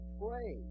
pray